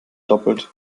doppelt